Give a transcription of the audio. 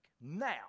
now